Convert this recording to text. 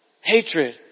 hatred